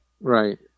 Right